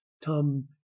Tom